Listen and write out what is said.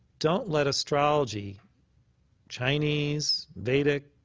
don't let astrology chinese, vedic,